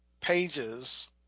pages